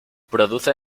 produce